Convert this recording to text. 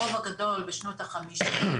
הרוב הגדול בשנות החמישים,